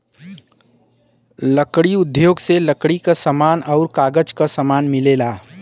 लकड़ी उद्योग से लकड़ी क समान आउर कागज क समान मिलेला